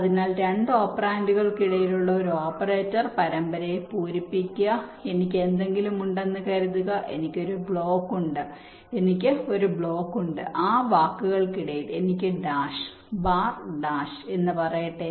അതിനാൽ രണ്ട് ഓപ്പറാൻഡുകൾക്കിടയിലുള്ള ഒരു ഓപ്പറേറ്റർ പരമ്പരയെ പൂരിപ്പിക്കുക എനിക്ക് എന്തെങ്കിലും ഉണ്ടെന്ന് കരുതുക എനിക്ക് ഒരു ബ്ലോക്ക് ഉണ്ട് എനിക്ക് ഒരു ബ്ലോക്ക് ഉണ്ട് ആ വാക്കുകൾക്കിടയിൽ എനിക്ക് ഡാഷ് ബാർ ഡാഷ് എന്ന് പറയട്ടെ